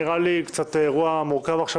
נראה לי קצת אירוע מורכב עכשיו,